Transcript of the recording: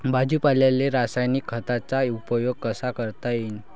भाजीपाल्याले रासायनिक खतांचा उपयोग कसा करता येईन?